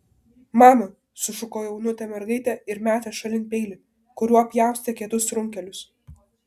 mama sušuko jaunutė mergaitė ir metė šalin peilį kuriuo pjaustė kietus runkelius